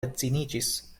edziniĝis